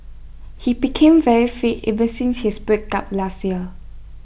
he became very fit ever since his breakup last year